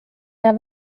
der